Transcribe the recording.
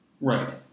right